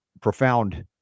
profound